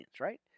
right